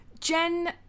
Jen